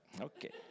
okay